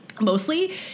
mostly